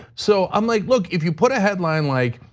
so i'm like, look, if you put a headline like,